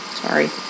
sorry